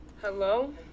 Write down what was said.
hello